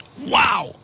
Wow